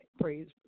Praise